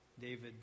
David